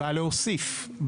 באה להוסיף.